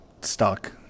stuck